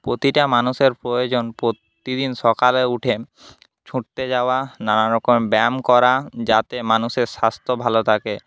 প্রতিটা মানুষের প্রয়োজন প্রতিদিন সকালে উঠে ছুটতে যাওয়া নানারকম ব্যায়াম করা যাতে মানুষের স্বাস্থ্য ভালো থাকে